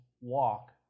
walk